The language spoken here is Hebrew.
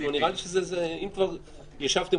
נראה לי שאם כבר ישבתם,